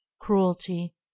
cruelty